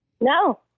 No